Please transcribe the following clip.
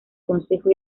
consejo